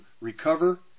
recover